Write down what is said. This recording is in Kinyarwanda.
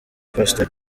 pastor